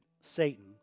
Satan